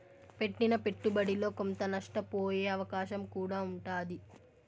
పెట్టిన పెట్టుబడిలో కొంత నష్టపోయే అవకాశం కూడా ఉంటాది